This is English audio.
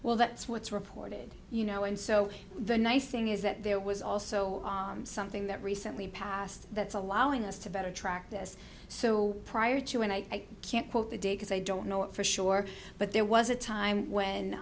well that's what's reported you know and so the nice thing is that there was also something that recently passed that's allowing us to better track this so prior to and i can't quote the day because i don't know it for sure but there was a time when